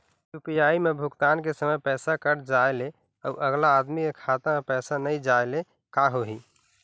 UPI म भुगतान के समय पैसा कट जाय ले, अउ अगला आदमी के खाता म पैसा नई जाय ले का होही?